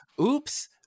oops